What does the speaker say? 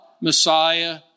Messiah